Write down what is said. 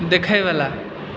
देखएवला